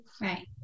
Right